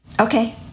Okay